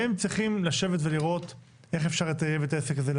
והם צריכים לשבת ולראות איך אפשר לטייב את העסק הזה.